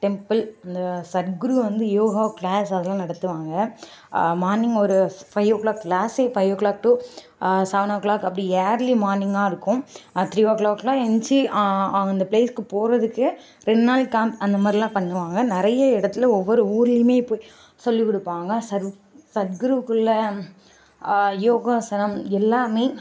temple அந்த சத்குரு வந்து yoga class அதெல்லாம் நடத்துவாங்க மார்னிங் ஒரு ஃபைவ் ஓ கிளாக் க்ளாஸ்ஸே five o'clock to seven o'clock அப்படி ஏர்லி மார்னிங்கா இருக்கும் த்ரீ ஓ கிளாகெல்லாம் எழுந்ச்சி அந்த ப்ளேஸ்சுக்கு போகிறதுக்கே ரெண்டு நாள் கேம்ப் அந்த மாதிரிலாம் பண்ணுவாங்க நிறைய இடத்துல ஒவ்வொரு ஊருலேயுமே போய் சொல்லி கொடுப்பாங்க சத் சத்குரு குள்ள யோகாசனம் எல்லாமே